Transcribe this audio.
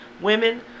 women